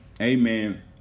amen